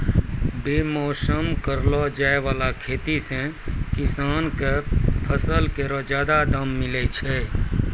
बेमौसम करलो जाय वाला खेती सें किसान किसान क फसल केरो जादा दाम मिलै छै